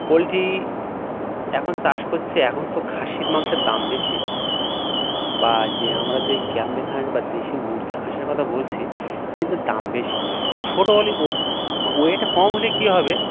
poultry এখন চাষ করছে এখন তো খাসির মাংসের দাম বেশি বা যে আমরা যে এই ক্যাম্পবেল হাঁস বা দেশি মুরগি হাঁসের কথা বলছি এদের দাম বেশি ছোট হলে ওয়েটে কম হলে কী হবে